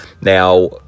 Now